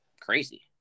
crazy